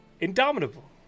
Indomitable